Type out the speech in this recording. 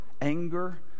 anger